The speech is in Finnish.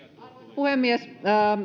puhemies